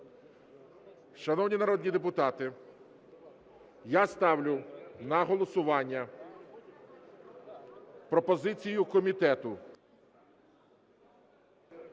Шановні народні депутати, я ставлю на голосування пропозицію комітету